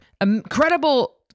incredible